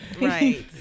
right